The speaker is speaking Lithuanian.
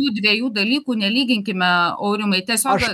tų dviejų dalykų nelyginkime aurimai tiesiog